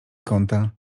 kąta